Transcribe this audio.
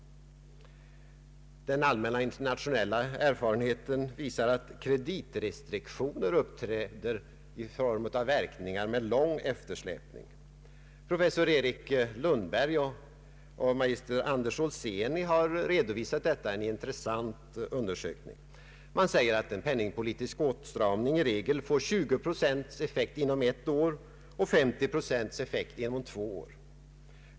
Den allmänna internationella erfarenheten visar att kreditrestriktioner uppträder i form av verkningar med lång eftersläpning. Professor Erik Lundberg och pol. mag. Anders Olséni har redovisat detta i en intressant undersökning. Man säger att en penningpolitisk åtstramning i regel får 20 procents effekt inom ett år och 530 procents effekt inom två år.